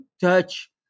touch